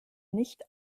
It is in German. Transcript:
nicht